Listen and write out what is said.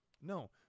No